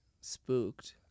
spooked